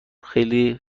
خیلی